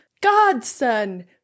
godson